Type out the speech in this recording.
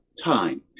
time